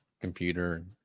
computer